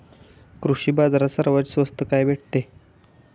कृषी बाजारात सर्वात स्वस्त काय भेटते?